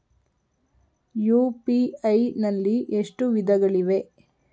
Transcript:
UPI ನಲ್ಲಿ ಎಷ್ಟು ವಿಧಗಳಿವೆ?